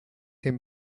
him